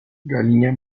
galinha